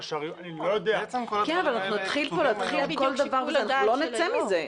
אבל אם נתחיל לדון בכל דבר קטן, לא נצא מזה.